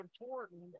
important